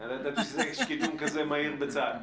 אני לא ידעתי שיש קידום כזה מהיר בצה"ל.